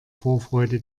vorfreude